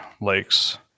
Lakes